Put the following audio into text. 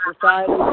society